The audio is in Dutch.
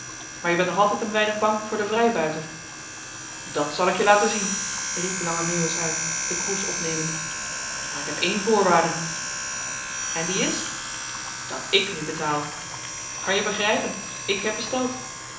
maar je bent nog altijd een weinig bang voor den vrijbuiter dat zal ik je laten zien riep lange meeuwis uit den kroes opnemend maar k heb één voorwaarde en die is dat ik nu betaal kan-je begrijpen ik heb besteld